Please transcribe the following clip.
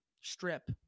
strip